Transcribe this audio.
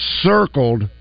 circled